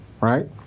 right